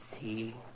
See